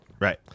Right